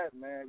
man